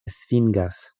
svingas